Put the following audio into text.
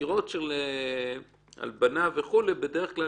חקירות של הלבנה וכו', בדרך כלל